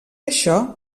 això